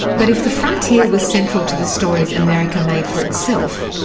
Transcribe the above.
but if the frontier was central to the stories america made for itself,